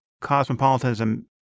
cosmopolitanism